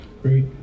Great